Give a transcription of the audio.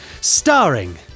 starring